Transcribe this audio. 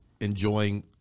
enjoying